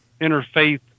interfaith